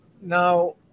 Now